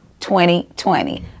2020